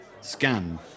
scan